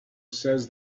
says